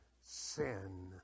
sin